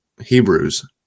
Hebrews